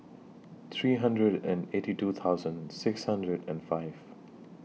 three hundred and eighty two thousand six hundred and five